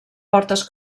portes